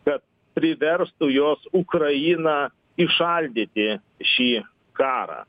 kad priverstų jos ukrainą įšaldyti šį karą